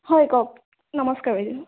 হয় কওক নমস্কাৰ বাইদেউ